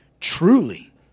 truly